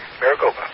Maricopa